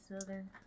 Southern